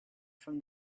from